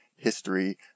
History